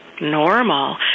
normal